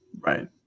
right